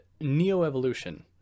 neo-evolution